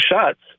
shots